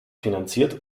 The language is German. finanziert